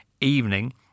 evening